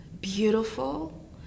beautiful